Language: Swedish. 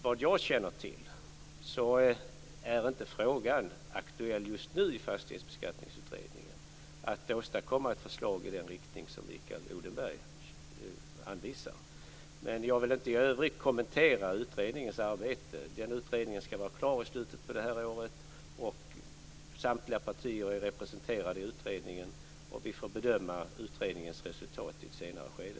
Vad jag känner till är frågan inte just nu aktuell i fastighetsbeskattningsutredningen att åstadkomma ett förslag i den riktning som Mikael Odenberg anvisar. Jag vill i övrigt inte kommentera utredningens arbete. Utredningen skall vara klar i slutet av det här året. Samtliga partier är representerade i utredningen, och vi får bedöma utredningens resultat i ett senare skede.